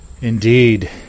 Indeed